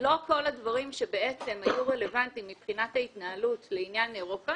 לא כל הדברים שהיו רלוונטיים מבחינת ההתנהלות לעניין אירופה